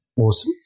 Awesome